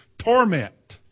torment